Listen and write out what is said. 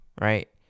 Right